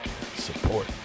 support